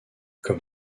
comme